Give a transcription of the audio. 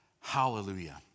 Hallelujah